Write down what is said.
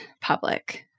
public